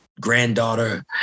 granddaughter